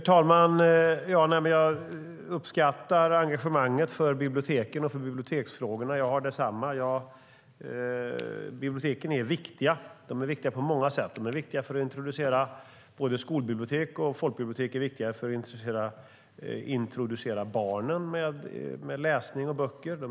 Herr talman! Jag uppskattar engagemanget för biblioteken och för biblioteksfrågorna. Jag har detsamma. Biblioteken är viktiga på många sätt. Både skolbibliotek och folkbibliotek är viktiga för att introducera läsning och böcker för barnen.